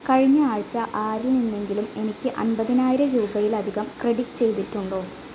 കഴിഞ്ഞ ആഴ്ച ആരിൽ നിന്നെങ്കിലും എനിക്ക് അമ്പതിനായിരം രൂപയിലധികം ക്രെഡിറ്റ് ചെയ്തിട്ടുണ്ടോ